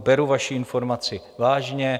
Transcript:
Beru vaši informaci vážně.